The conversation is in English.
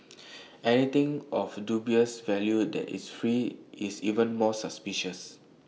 anything of dubious value that is free is even more suspicious